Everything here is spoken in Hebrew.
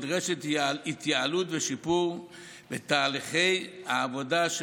נדרשים התייעלות ושיפור בתהליכי העבודה של